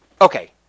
okay